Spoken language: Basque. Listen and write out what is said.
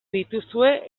dituzue